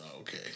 Okay